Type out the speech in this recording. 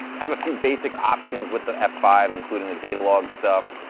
have a few basic options with the f five, including the data log stuff.